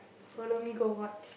follow me go watch